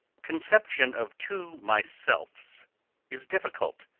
conception of two myselfs is difficult,